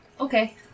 Okay